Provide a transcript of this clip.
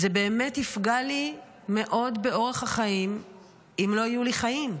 זה באמת יפגע לי מאוד באורח החיים אם לא יהיו לי חיים.